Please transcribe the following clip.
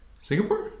Singapore